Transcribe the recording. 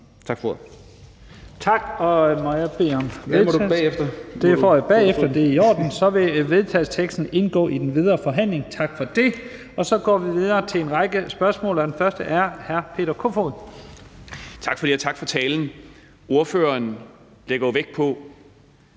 Tak for det.